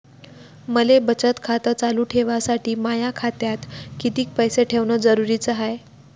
मले बचत खातं चालू ठेवासाठी माया खात्यात कितीक पैसे ठेवण जरुरीच हाय?